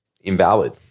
invalid